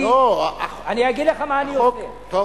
לא, החוק.